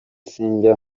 sinjya